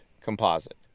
composite